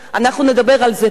אנחנו נדבר על זה פה,